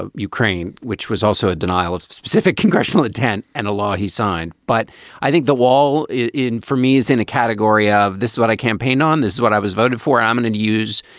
ukraine, which was also a denial of specific congressional intent and a law he signed but i think the wall in for me is in a category of this. what i campaigned on, this is what i was voted for um and and use.